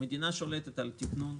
המדינה שולטת על התכנון,